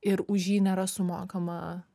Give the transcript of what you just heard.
ir už jį nėra sumokama